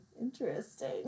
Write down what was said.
interesting